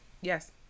Yes